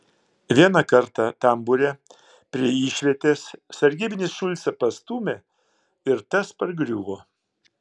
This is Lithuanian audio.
vieną kartą tambūre prie išvietės sargybinis šulcą pastūmė ir tas pargriuvo